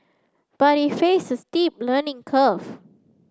but he faced a steep learning curve